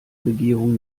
regierung